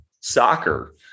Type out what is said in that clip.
soccer